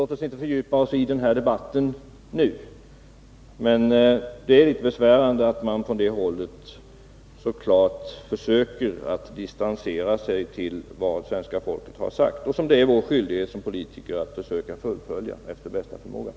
Låt oss inte fördjupa oss i den debatten nu, men det är litet besvärande att man från det hållet så klart försöker att distansera sig från vad svenska folket har sagt och som det är vår skyldighet som politiker att efter bästa förmåga försöka fullfölja.